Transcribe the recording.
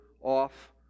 off